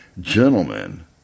Gentlemen